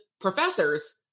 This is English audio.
professors